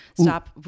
stop